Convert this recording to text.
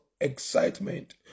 excitement